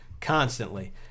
Constantly